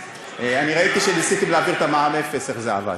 אני ראיתי כשניסיתם להעביר את מע"מ אפס איך זה עבד,